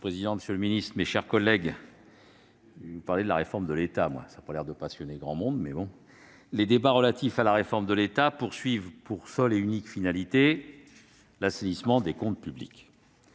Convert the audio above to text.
Monsieur le président, monsieur le secrétaire d'État, mes chers collègues, je vais vous parler de la réforme de l'État, même si cela n'a pas l'air de passionner grand monde ce soir ... Les débats relatifs à la réforme de l'État ont pour seule et unique finalité l'assainissement des comptes publics-